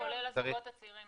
כולל הזוגות הצעירים.